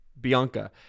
Bianca